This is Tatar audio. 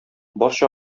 барча